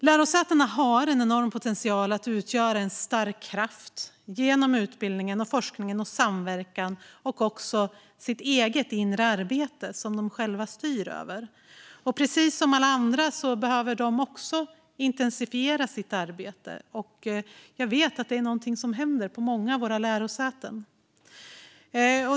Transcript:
Lärosätena har en enorm potential att utgöra en stark kraft genom utbildningen, forskningen och samverkan och genom sitt eget inre arbete, som de själva styr över. Precis som alla andra behöver de också intensifiera sitt arbete, och jag vet att det är någonting som händer på många av våra lärosäten.